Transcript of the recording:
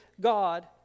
God